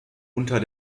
unter